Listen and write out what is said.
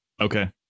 Okay